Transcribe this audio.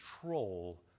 control